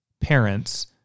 parents